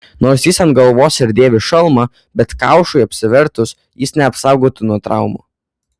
nors jis ant galvos ir dėvi šalmą bet kaušui apsivertus jis neapsaugotų nuo traumų